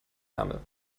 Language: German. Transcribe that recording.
ärmel